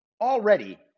Already